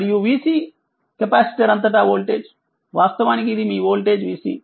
మరియుvC capacitor అంతటా voltage వాస్తవానికిఇదిమీ వోల్టేజ్vC